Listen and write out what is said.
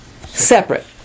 separate